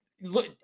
look